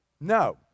No